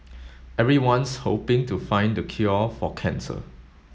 everyone's hoping to find the cure for cancer